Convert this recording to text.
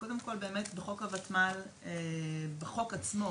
אז קודם כל באמת בחוק הוותמ"ל, בחוק עצמו